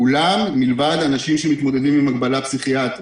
כולם מלבד אנשים שמתמודדים עם מגבלה פסיכיאטרית.